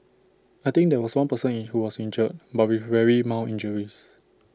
I think there was one person who was injured but with very mild injuries